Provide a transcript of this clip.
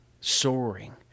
soaring